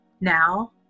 now